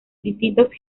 distintos